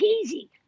easy